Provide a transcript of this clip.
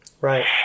Right